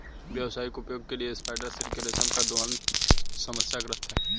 व्यावसायिक उपयोग के लिए स्पाइडर सिल्क के रेशम का दोहन समस्याग्रस्त है